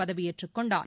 பதவியேற்றுக்கொண்டார்